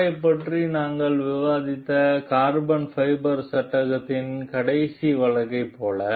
காரைப் பற்றி நாங்கள் விவாதித்த கார்பன் ஃபைபர் சட்டகத்தின் கடைசி வழக்கைப் போல